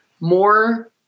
more